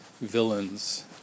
villains